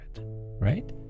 right